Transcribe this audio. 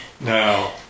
now